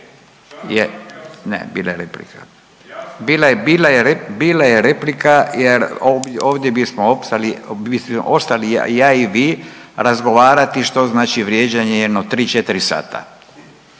re…, bila je replika jer ovdje bismo opstali, mislim ostali ja i vi razgovarati što znači vrijeđanje jedno 3-4 sata.